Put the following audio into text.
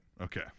Okay